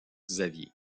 xavier